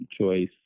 choice